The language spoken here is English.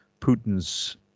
Putin's